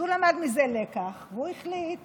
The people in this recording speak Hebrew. הוא למד מזה לקח, והוא החליט